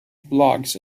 blogs